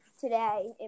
today